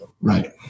Right